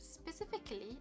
specifically